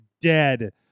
dead